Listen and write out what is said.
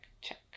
check